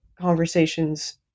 conversations